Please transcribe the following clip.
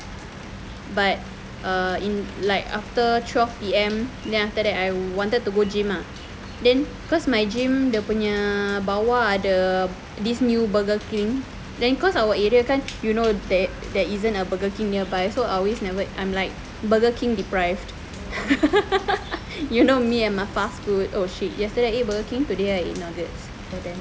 but err in like after twelve P_M then after that I wanted to go gym ah then cause my gym dia punya bawah ada this new burger king then cause our area you know there isn't a burger king nearby so I always never I'm like burger king deprived you know me and my fast food oh shit yesterday I eat burger king today I eat nuggets oh damn